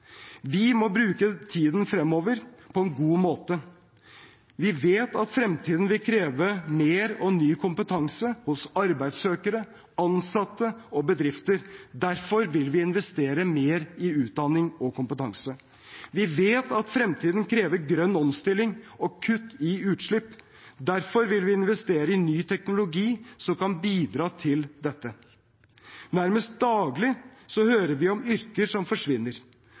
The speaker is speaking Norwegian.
Vi må bruke tiden fremover på en god måte. Vi vet at fremtiden vil kreve mer og ny kompetanse hos arbeidssøkere, ansatte og bedrifter. Derfor vil vi investere mer i utdanning og kompetanse. Vi vet at fremtiden krever grønn omstilling og kutt i utslipp. Derfor vil vi investere i ny teknologi som kan bidra til dette. Nærmest daglig hører vi om yrker som forsvinner,